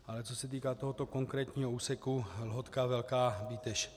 Ale co se týká tohoto konkrétního úseku Lhotka Velká Bíteš.